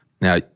Now